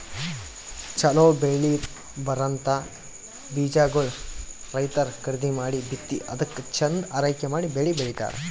ಛಲೋ ಬೆಳಿ ಬರಂಥ ಬೀಜಾಗೋಳ್ ರೈತರ್ ಖರೀದಿ ಮಾಡಿ ಬಿತ್ತಿ ಅದ್ಕ ಚಂದ್ ಆರೈಕೆ ಮಾಡಿ ಬೆಳಿ ಬೆಳಿತಾರ್